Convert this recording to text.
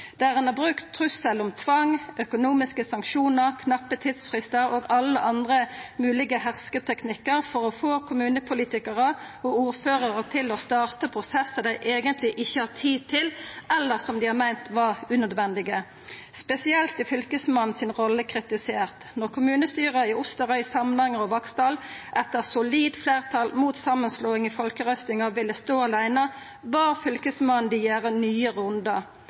der ein har brukt trussel om tvang, økonomiske sanksjonar, knappe tidsfristar og alle andre moglege hersketeknikkar for å få kommunepolitikarar og ordførarar til å starta prosessar dei eigentleg ikkje har tid til, eller som dei har meint var unødvendige. Spesielt er Fylkesmannen sin rolle kritisert. Når kommunestyra i Osterøy, Samnanger og Vaksdal etter solid fleirtal imot samanslåing i folkerøystinga ville stå aleine, bad Fylkesmannen dei ta nye rundar.